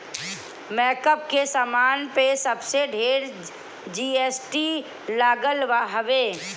makeup के सामान पे सबसे ढेर जी.एस.टी लागल हवे